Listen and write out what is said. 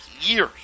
years